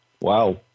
Wow